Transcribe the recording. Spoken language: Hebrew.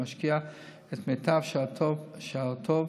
המשקיע את מיטב שעותיו